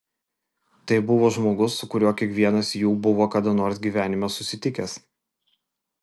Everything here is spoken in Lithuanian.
tai buvo žmogus su kuriuo kiekvienas jų buvo kada nors gyvenime susitikęs